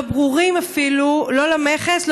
שלא ברורים אפילו לא למכס,